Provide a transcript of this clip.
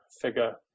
figure